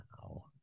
Wow